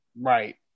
right